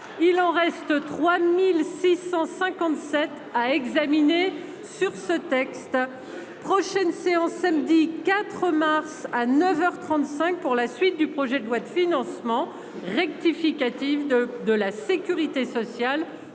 Il en reste 3657 à examiner sur ce texte. Prochaine séance samedi 4 mars à 9h 35 pour la suite du projet de loi de financement rectificative de de la sécurité sociale